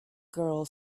girl